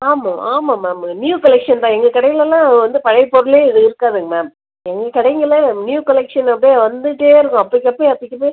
ஆமாம் ஆமாம் ma'am new collection தான் எங்கள் கடையிலெல்லாம் வந்து பழைய பொருளே எதுவும் இருக்காதுங்க மேம் எங்கள் கடைகள்ல நியூ கலெக்ஷன் அப்டியே வந்துட்டே இருக்கும் அப்பைக்கப்போ அப்பைக்கப்போ